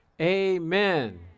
Amen